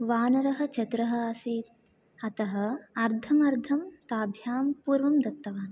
वानरः चतुरः आसीत् अतः अर्धम् अर्धं ताभ्यां पूर्वं दत्तवान्